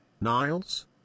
Niles